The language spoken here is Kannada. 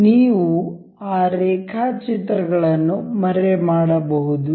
ನೀವು ಆ ರೇಖಾಚಿತ್ರಗಳನ್ನು ಮರೆಮಾಡಬಹುದು